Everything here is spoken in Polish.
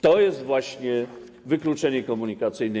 To jest właśnie wykluczenie komunikacyjne.